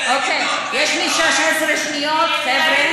אוקיי, יש לי 16 שניות, חבר'ה.